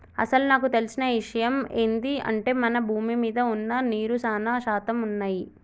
అసలు నాకు తెలిసిన ఇషయమ్ ఏంది అంటే మన భూమి మీద వున్న నీరు సానా శాతం వున్నయ్యి